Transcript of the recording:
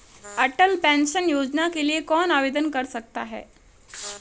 अटल pension योजना के लिए कौन आवेदन कर सकता है?